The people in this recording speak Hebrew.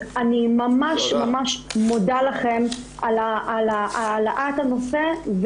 אני ממש ממש מודה לכם על העלאת הנושא.